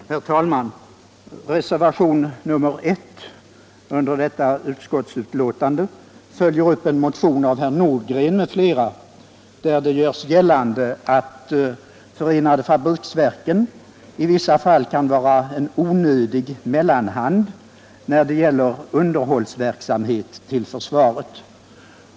Herr talman! Reservationen 1 under detta utskottsbetänkande följer upp motion av herr Nordgren m.fl. där det görs gällande att förenade fabriksverken i vissa fall kan vara en onödig mellanhand när det gäller underhållsverksamhet till försvaret.